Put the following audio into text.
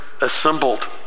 assembled